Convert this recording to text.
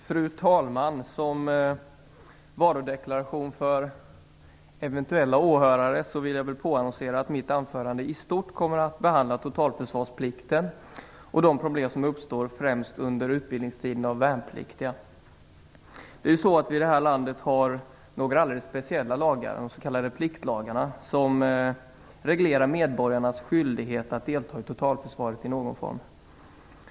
Fru talman! Som varudeklaration för eventuella åhörare vill jag påannonsera att mitt anförande i stort kommer att behandla totalförsvarsplikten och de problem som uppstår, främst under utbildningstiden för värnpliktiga. I detta land har vi nämligen några alldeles speciella lagar, de s.k. pliktlagarna, som reglerar medborgarnas skyldighet att delta i totalförsvaret i någon form.